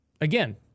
Again